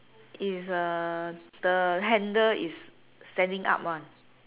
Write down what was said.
is uh the handle is standing up ah